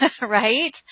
right